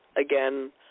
again